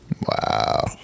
Wow